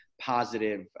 positive